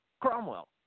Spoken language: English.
Cromwell